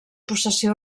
possessió